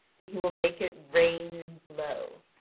and he will make it rain and blow.